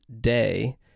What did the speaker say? day